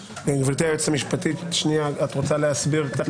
גברתי היועצת המשפטית, את רוצה להסביר קצת?